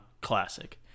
classic